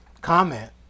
comment